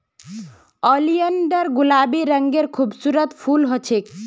oleander गुलाबी रंगेर खूबसूरत फूल ह छेक